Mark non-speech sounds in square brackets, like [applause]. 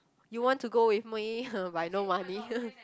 you want to go with me [breath] but I no money [laughs]